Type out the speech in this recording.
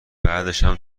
بعدشم